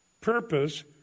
purpose